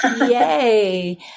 Yay